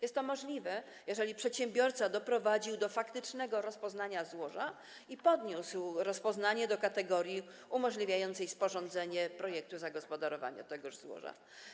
Jest to możliwe, jeżeli przedsiębiorca doprowadził do faktycznego rozpoznania złoża i podniósł rozpoznanie do kategorii umożliwiającej sporządzenie projektu zagospodarowania tegoż złoża.